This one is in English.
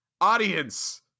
audience